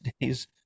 days